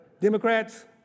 Democrats